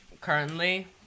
currently